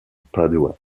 padua